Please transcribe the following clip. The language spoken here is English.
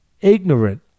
ignorant